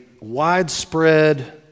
widespread